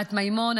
ענת מימון,